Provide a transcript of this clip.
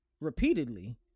repeatedly